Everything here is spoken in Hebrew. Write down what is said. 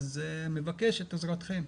אני מבקש את עזרתכם.